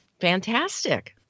fantastic